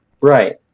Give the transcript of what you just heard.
Right